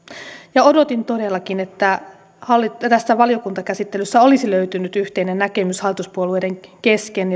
ja odotin todellakin että tässä valiokuntakäsittelyssä olisi löytynyt hallituspuolueiden kesken